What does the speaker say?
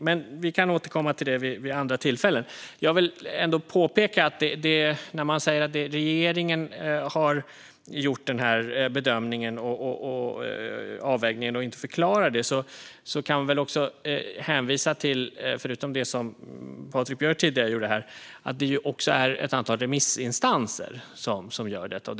Men vi kan återkomma till det vid andra tillfällen. När man säger att regeringen har gjort den här bedömningen och avvägningen utan att förklara det kan jag hänvisa till, förutom det som Patrik Björck tidigare gjorde här, att det också är ett antal remissinstanser som gör denna bedömning.